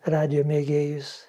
radijo mėgėjus